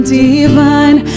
divine